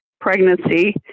pregnancy